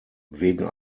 wegen